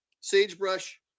sagebrush